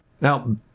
Now